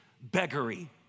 beggary